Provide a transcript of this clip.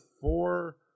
four